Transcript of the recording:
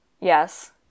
Yes